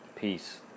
peace